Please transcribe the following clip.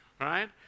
Right